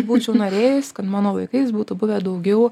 būčiau norėjus kad mano laikais būtų buvę daugiau